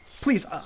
Please